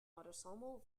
autosomal